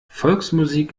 volksmusik